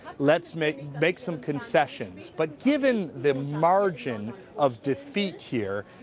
let's make make some concessions. but given the margin of defeat here,